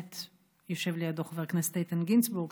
יושב לידו חבר הכנסת איתן גינזבורג,